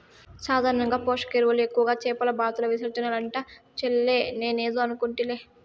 సాధారణంగా పోషక ఎరువులు ఎక్కువగా చేపల బాతుల విసర్జనలంట చెల్లే నేనేదో అనుకుంటిలే